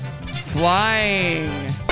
flying